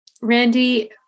Randy